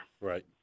Right